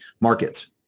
markets